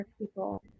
people